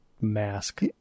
mask